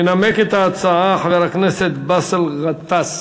ינמק את ההצעה חבר הכנסת באסל גטאס.